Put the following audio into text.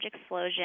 explosion